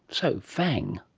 so fang.